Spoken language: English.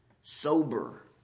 Sober